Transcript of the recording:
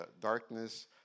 darkness